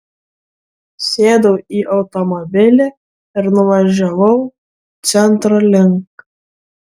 sėdau į automobilį ir nuvažiavau centro link